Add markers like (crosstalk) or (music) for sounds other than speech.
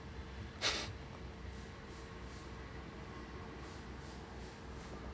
(laughs)